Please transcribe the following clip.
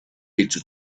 little